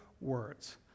words